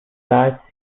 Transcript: large